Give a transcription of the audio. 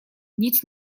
nic